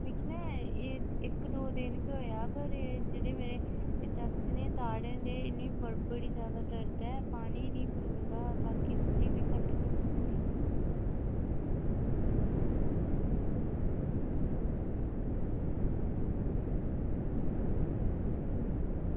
मिगी ना एह् इक दो दिन गै होएआ पर जेह्के में एह् दंद न दाढ़ें च इनें बड़ी जादा दर्द ऐ पानी निं पलोंदा बाकी रुट्टी बी घट्ट गै खलोंदी